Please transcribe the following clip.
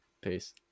peace